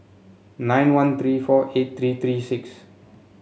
nine one three four eight three three six